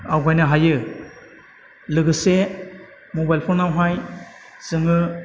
आवगाइनो हायो लोगोसे मबाइल फनावहाय जोङो